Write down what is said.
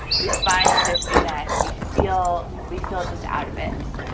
we find the disconnect, we feel, we feel just out of it